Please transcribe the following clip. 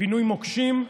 לפינוי מוקשים.